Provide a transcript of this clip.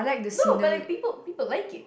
no but like people people like it